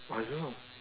I don't know